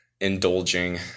indulging